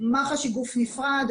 מח"ש הוא גוף נפרד.